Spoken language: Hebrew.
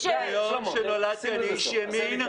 מיום שנולדתי אני איש ימין.